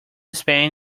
spain